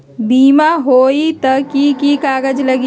बिमा होई त कि की कागज़ात लगी?